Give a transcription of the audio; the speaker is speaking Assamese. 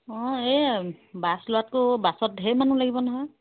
অঁ এই বাছ লোবাতকৈ বাছত ধেৰ মানুহ লাগিব নহয়